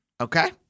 Okay